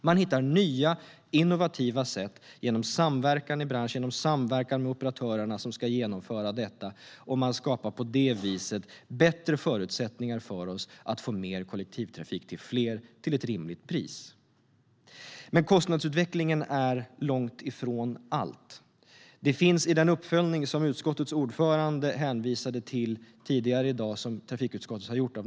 Man hittar nya innovativa sätt genom samverkan i branschen och genom samverkan med operatörerna som ska genomföra detta. På det viset skapar man bättre förutsättningar för mer kollektivtrafik till fler och till ett rimligt pris. Kostnadsutvecklingen är dock långt ifrån allt. Utskottets ordförande hänvisade tidigare i dag till den uppföljning av den nya kollektivtrafiklagen som trafikutskottet har gjort.